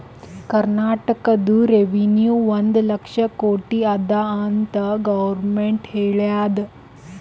ಕರ್ನಾಟಕದು ರೆವೆನ್ಯೂ ಒಂದ್ ಲಕ್ಷ ಕೋಟಿ ಅದ ಅಂತ್ ಗೊರ್ಮೆಂಟ್ ಹೇಳ್ಯಾದ್